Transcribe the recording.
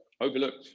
Overlooked